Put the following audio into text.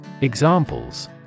Examples